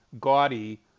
gaudy